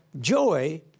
Joy